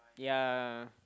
yeah